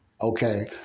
Okay